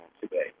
today